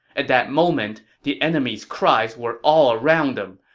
at that moment, the enemy's cries were all around them.